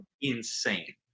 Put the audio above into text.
insane